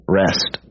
rest